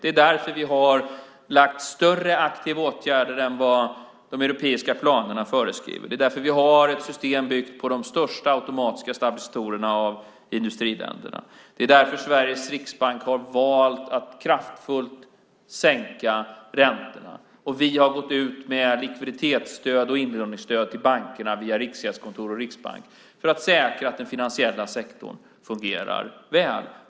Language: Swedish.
Det är därför vi har lagt större aktiva åtgärder än vad de europeiska planerna föreskriver. Det är därför vi har ett system byggt på de största automatiska stabilisatorerna av industriländerna. Det är därför som Sveriges riksbank har valt att kraftfullt sänka räntorna. Vi har gått ut med likviditetsstöd och inlåningsstöd till bankerna via Riksgäldskontoret och Riksbanken för att säkra att den finansiella sektorn fungerar väl.